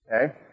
okay